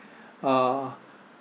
uh